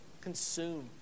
consume